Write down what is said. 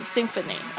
Symphony